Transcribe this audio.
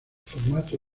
formato